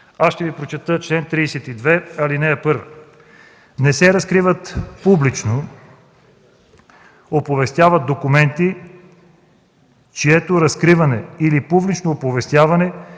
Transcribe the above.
Аз ще Ви прочета чл. 32: „Чл. 32. (1) Не се разкриват и публично оповестяват документи, чието разкриване или публично оповестяване